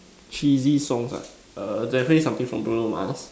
cheesy songs ah err definitely something from Bruno Mars